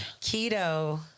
Keto